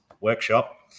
workshop